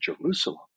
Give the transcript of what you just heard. Jerusalem